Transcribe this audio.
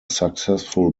successful